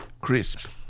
crisp